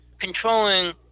controlling